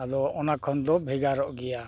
ᱟᱫᱚ ᱚᱱᱟ ᱠᱷᱚᱱ ᱫᱚ ᱵᱷᱮᱜᱟᱨᱚᱜ ᱜᱮᱭᱟ